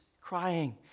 crying